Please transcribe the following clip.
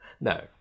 no